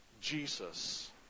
Jesus